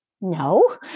no